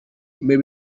may